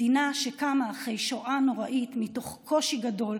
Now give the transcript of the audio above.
מדינה שקמה אחרי שואה נוראית, מתוך קושי גדול,